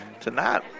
tonight